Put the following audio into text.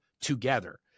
together